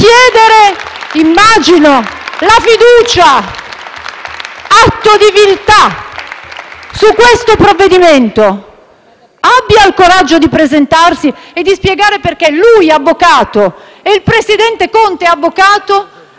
chiedere, come immagino, la fiducia - atto di viltà - su questo provvedimento. Abbia il coraggio di presentarsi e di spiegare perché lui, avvocato, e il presidente Conte, avvocato,